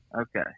Okay